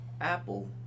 apple